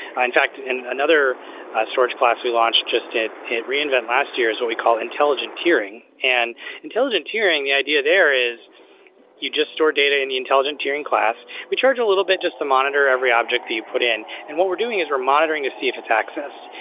ah in fact, in another storage class we launched just at reinvent last year, is what we call intelligent tiering. and intelligent tiering, the idea there is you just store data in the intelligent tiering class. we charge a little bit just to monitor every object that you put in. and what we're doing is we're monitoring to see if it's accesses,